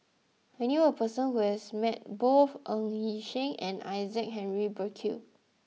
I knew a person who has met both Ng Yi Sheng and Isaac Henry Burkill